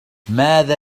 ماذا